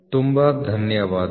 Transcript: ತುಂಬ ಧನ್ಯವಾದಗಳು